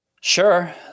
Sure